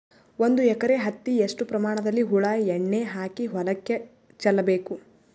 ಒಂದು ಎಕರೆ ಹತ್ತಿ ಎಷ್ಟು ಪ್ರಮಾಣದಲ್ಲಿ ಹುಳ ಎಣ್ಣೆ ಹಾಕಿ ಹೊಲಕ್ಕೆ ಚಲಬೇಕು?